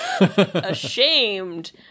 ashamed